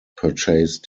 purchase